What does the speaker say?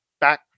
back